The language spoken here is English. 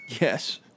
Yes